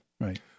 Right